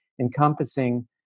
Encompassing